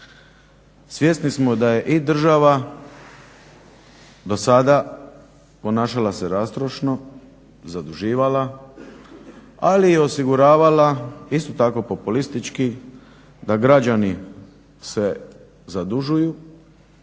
Svjesni smo da je i država do sada ponašala se rastrošno, zaduživala ali i osiguravala isto tako populistički da građani se zadužuju